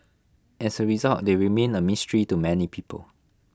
as A result they remain A mystery to many people